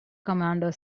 commander